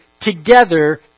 together